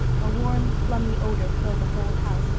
a warm plummy odor filled the whole house,